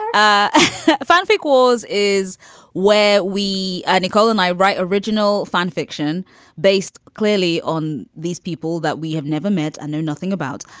fanfic wars is where we nicole and i write original fan fiction based clearly on these people that we have never met. i know nothing about.